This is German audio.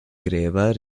gräber